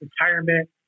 retirement